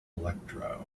electro